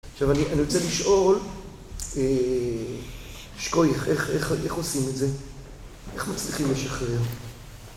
עכשיו אני אני רוצה לשאול, שכוייח איך עושים את זה? איך מצליחים לשחרר?